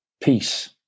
peace